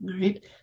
right